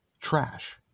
trash